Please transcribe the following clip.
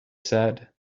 said